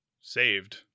saved